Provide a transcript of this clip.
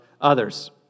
others